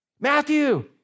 Matthew